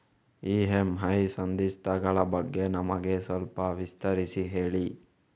EMI ಸಂಧಿಸ್ತ ಗಳ ಬಗ್ಗೆ ನಮಗೆ ಸ್ವಲ್ಪ ವಿಸ್ತರಿಸಿ ಹೇಳಿ